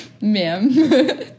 Ma'am